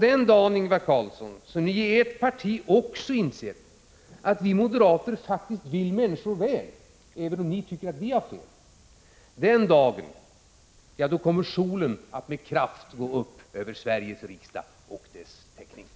Den dagen, Ingvar Carlsson, som också ni i ert parti inser att vi moderater faktiskt vill människor väl — även om ni tycker att vi har fel — kommer solen att med kraft gå upp över Sveriges riksdag och dess teknik!